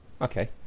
Okay